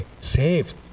saved